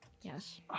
Yes